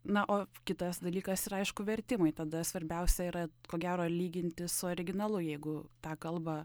na o kitas dalykas yra aišku vertimai tada svarbiausia yra ko gero lyginti su originalu jeigu tą kalbą